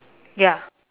ya